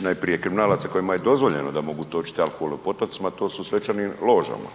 Najprije kriminalaca kojima je dozvoljeno da mogu točiti alkohol u potocima, to su u svečanim ložama.